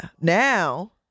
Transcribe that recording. now